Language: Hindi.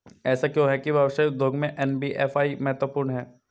ऐसा क्यों है कि व्यवसाय उद्योग में एन.बी.एफ.आई महत्वपूर्ण है?